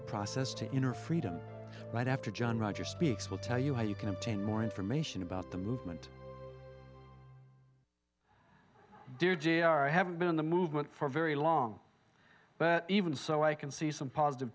a process to inner freedom right after john rogers speaks we'll tell you how you can obtain more information about the movement dear jr i have been in the movement for very long but even so i can see some positive